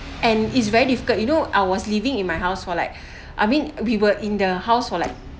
and it's very difficult you know I was living in my house for like I mean we were in the house for like